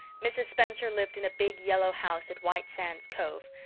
mrs. spencer lived in a big yellow house at white sands cove,